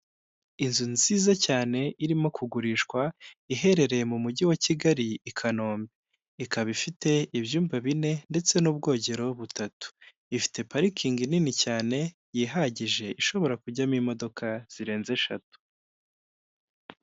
Inzu nziza cyane irimo kugurishwa iherereye mu mujyi wa kigali i kanombe ikaba ifite ibyumba bine ndetse n'ubwogero butatu ifite parikingi nini cyane yihagije ishobora kujyamo imodoka zirenze eshatu.